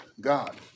God